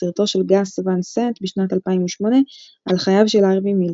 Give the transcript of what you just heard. סרטו של גאס ואן סנט משנת 2008 על חייו של הארווי מילק.